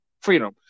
Freedom